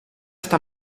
está